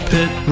Pit